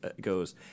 goes